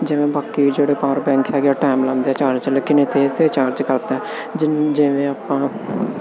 ਜਿਵੇਂ ਬਾਕੀ ਜਿਹੜੇ ਪਾਵਰ ਬੈਂਕ ਹੈਗੇ ਆ ਟਾਈਮ ਲਾਉਂਦੇ ਆ ਚਾਰਜ ਲੇਕਿਨ ਇਹ ਤੇਜ਼ ਤੇਜ਼ ਚਾਰਜ ਕਰਦਾ ਜਿੰ ਜਿਵੇਂ ਆਪਾਂ